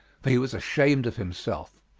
for he was ashamed of himself,